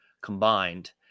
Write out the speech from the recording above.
combined